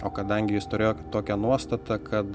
o kadangi jis turėjo tokią nuostatą kad